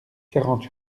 quarante